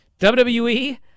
WWE